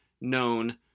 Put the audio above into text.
known